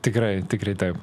tikrai tikrai taip